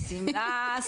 שמלה,